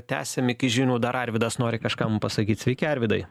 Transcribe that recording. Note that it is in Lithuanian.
tęsim iki žinių dar arvydas nori kažką mum pasakyt sveiki arvydai